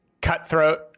cutthroat